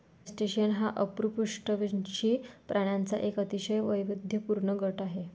crustacean हा अपृष्ठवंशी प्राण्यांचा एक अतिशय वैविध्यपूर्ण गट आहे